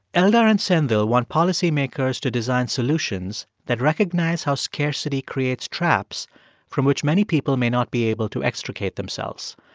eldar and sendhil want policymakers to design solutions that recognize how scarcity creates traps from which many people may not be able to extricate themselves.